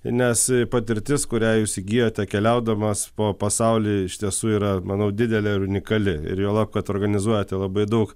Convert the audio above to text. nes patirtis kurią jūs įgijote keliaudamas po pasaulį iš tiesų yra manau didelė ir unikali ir juolab kad organizuojate labai daug